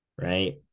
Right